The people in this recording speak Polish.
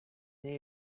nie